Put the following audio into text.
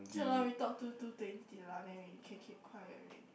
okay lah we talk to two twenty lah then we can keep quiet already